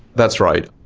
that's right.